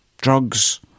drugs